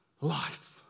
life